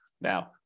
Now